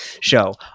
show